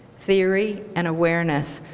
theory, and awareness,